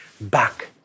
back